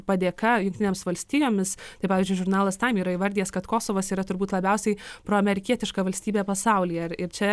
padėka jungtinėms valstijomis tai pavyzdžiui žurnalas taim yra įvardijęs kad kosovas yra turbūt labiausiai proamerikietiška valstybė pasaulyje ir ir čia